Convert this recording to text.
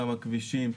גם הכבישים,